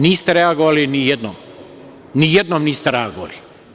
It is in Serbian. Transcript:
Niste reagovali ni jednom, ni jednom niste reagovali.